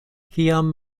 kiam